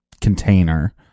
container